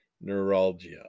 neuralgia